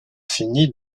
fini